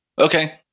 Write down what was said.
Okay